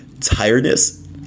tiredness